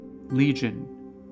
Legion